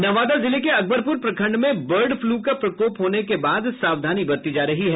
नवादा जिले के अकबरपुर प्रखंड में बर्ड फ्लू का प्रकोप होने के बाद सावधानी बरती जा रही है